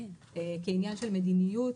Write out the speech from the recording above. כעניין של מדיניות,